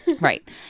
Right